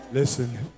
Listen